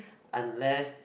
unless